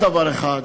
ועוד דבר אחד